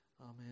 Amen